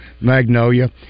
Magnolia